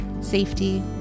safety